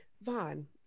Vaughn